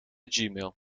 gmail